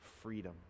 freedom